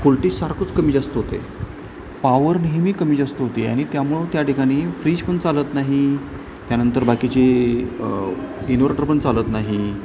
voltage सारखंच कमी जास्त होते पॉवर नेहमी कमी जास्त होते आणि त्यामुळं त्या ठिकाणी फ्रीज पण चालत नाही त्यानंतर बाकीचे इन्व्हर्टर पण चालत नाही